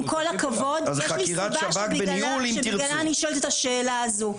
עם כל הכבוד יש לי סיבה שבגללה אני שואלת את השאלה הזו.